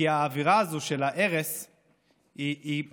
כי האווירה הזו של הארס יוצרת,